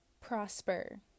prosper